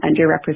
underrepresented